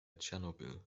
tschernobyl